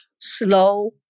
Slow